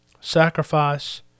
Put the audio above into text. sacrifice